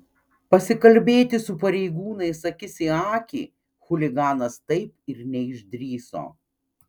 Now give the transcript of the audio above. pasikalbėti su pareigūnais akis į akį chuliganas taip ir neišdrįso